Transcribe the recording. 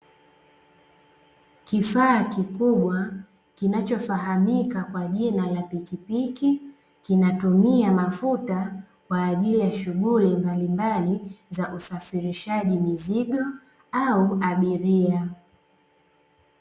Kifaa kikubwa kinachofahamika kwa jina la pikipiki, kinatumia mafuta kwa ajili ya shughuli mbalimbali za ushafirishaji mizigo au abiria.